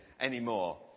anymore